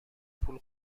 پول